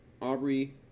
Aubrey